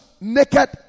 naked